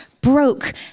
broke